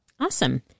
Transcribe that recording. awesome